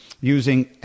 using